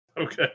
Okay